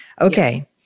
Okay